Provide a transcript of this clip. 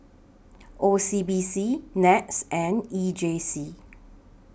O C B C Nets and E J C